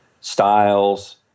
styles